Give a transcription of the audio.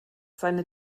seine